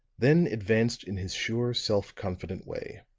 then advanced in his sure, self-confident way,